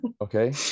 okay